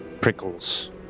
prickles